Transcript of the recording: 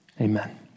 Amen